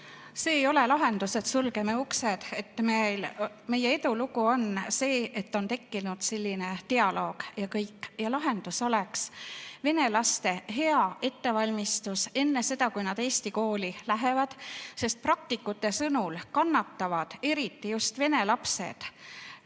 See ei ole lahendus, et sulgeme uksed. Meie edulugu on see, et on tekkinud selline dialoog ja kõik. Lahendus oleks vene laste hea ettevalmistus enne seda, kui nad eesti kooli lähevad. Sest praktikute sõnul kannatavad nendes segakoolides